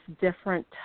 different